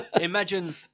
imagine